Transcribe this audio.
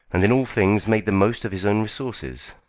and in all things made the most of his own resources.